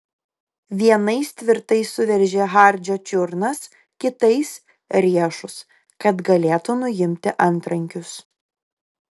vienais tvirtai suveržė hardžio čiurnas kitais riešus kad galėtų nuimti antrankius